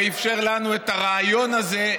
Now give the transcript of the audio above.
ואפשר לנו את הרעיון הזה,